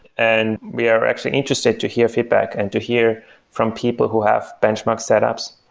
and we are actually interested to hear feedback and to hear from people who have benchmark setups,